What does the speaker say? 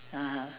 (uh huh)